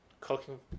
cooking